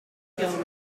journal